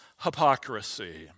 hypocrisy